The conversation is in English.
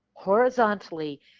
horizontally